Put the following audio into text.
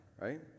Right